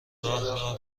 راه